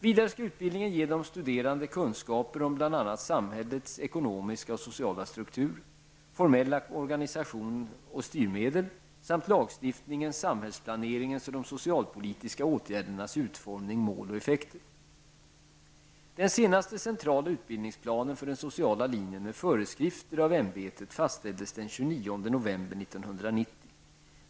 Vidare skall utbildningen ge de studerande kunskaper om bl.a. samhällets ekonomiska och sociala struktur, formella organisation och styrmedel samt lagstiftningens, samhällsplaneringens och de socialpolitiska åtgärdernas utformning, mål och effekter. Den senaste centrala utbildningsplanen för den sociala linjen med föreskrifter av ämbetet fastställdes den 29 november 1990.